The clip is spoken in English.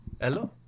Hello